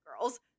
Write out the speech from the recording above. girls